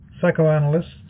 psychoanalysts